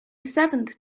seventh